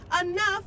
Enough